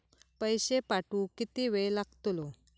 पैशे पाठवुक किती वेळ लागतलो?